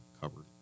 covered